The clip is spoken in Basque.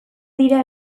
dira